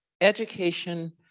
education